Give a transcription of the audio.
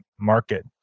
market